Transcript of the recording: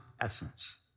essence